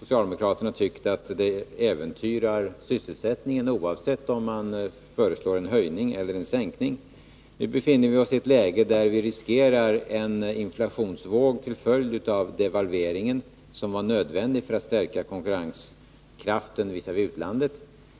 socialdemokraterna alltid tyckt att det äventyrar sysselsättningen, oavsett om man föreslår en höjning eller en sänkning. Nu befinner vi oss i ett läge där vi riskerar en inflationsvåg till följd av devalveringen, som var nödvändig för att vi skulle kunna stärka konkurrenskraften visavi utlandet.